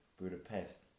Budapest